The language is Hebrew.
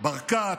ברקת,